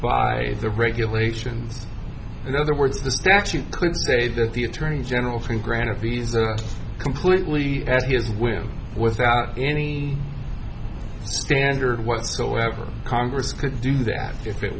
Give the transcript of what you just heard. for the regulations in other words the statute could say that the attorney general from granted visa completely as his whim without any standard whatsoever congress could do that if it